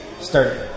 start